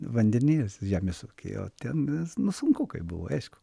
vandenyje žemės ukyje o ten nu sunkokai buvo aišku